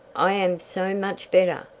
i am so much better.